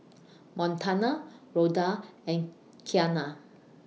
Montana Rhoda and Qiana